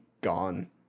gone